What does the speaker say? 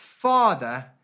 Father